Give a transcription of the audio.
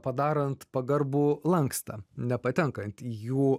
padarant pagarbų lankstą nepatenkant į jų